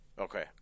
Okay